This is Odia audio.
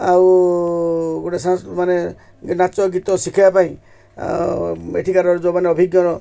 ଆଉ ଗୋଟେ ମାନେ ନାଚ ଗୀତ ଶିଖେଇବା ପାଇଁ ଏଠିକାର ଯୋଉମାନେ ଅଭିଜ୍ଞ